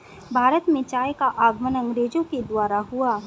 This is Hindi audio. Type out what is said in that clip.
भारत में चाय का आगमन अंग्रेजो के द्वारा हुआ